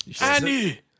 Annie